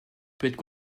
peut